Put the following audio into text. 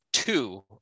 Two